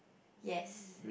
yes